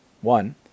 One